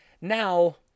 Now